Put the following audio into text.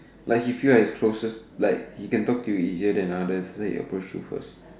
like he feel like he closest like he can talk to you easier than others then he approach you first